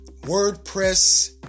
WordPress